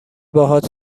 باهات